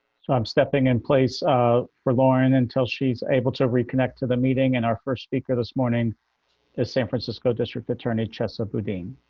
i'm stepping in place for lauren until she's able to reconnect to the meeting. and our first speaker this morning is san francisco district attorney chester booting